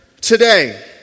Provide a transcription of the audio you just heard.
today